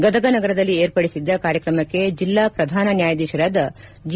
ಗದಗ ನಗರದಲ್ಲಿ ಏರ್ಪಡಿಸಿದ್ದ ಕಾರ್ಯಕ್ರಮಕ್ಕೆ ಜಿಲ್ಲಾ ಪ್ರಧಾನ ನ್ಯಾಯಾಧೀಶರಾದ ಜಿ